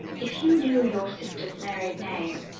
if you knew your sister's married name,